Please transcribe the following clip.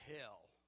hell